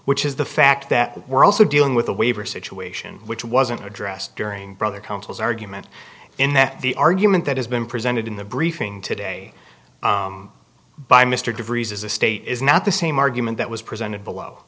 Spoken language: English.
which is the fact that we're also dealing with a waiver situation which wasn't addressed during brother counsel's argument in that the argument that has been presented in the briefing today by mr de vries as a state is not the same argument that was presented below